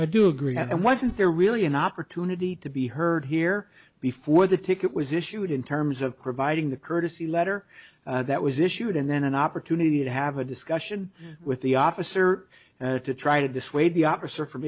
i do agree that i wasn't there really an opportunity to be heard here before the ticket was issued in terms of providing the courtesy letter that was issued and then an opportunity to have a discussion with the officer and to try to dissuade the o